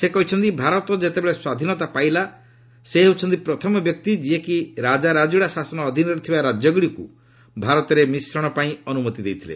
ସେ କହିଛନ୍ତି ଭାରତ ଯେତେବେଳେ ସ୍ୱାଧୀନତା ପାଇଲା ସେ ହେଉଛନ୍ତି ପ୍ରଥମ ବ୍ୟକ୍ତି ଯିଏକି ରାଜାରାଜୁଡା ଶାସନ ଅଧୀନରେ ଥିବା ରାଜ୍ୟଗୁଡ଼ିକୁ ଭାରତରେ ମିଶ୍ରଣ ପାଇଁ ଅନୁମତି ଦେଇଥିଲେ